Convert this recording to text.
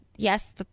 Yes